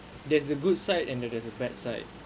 there is a good side and then there is a bad side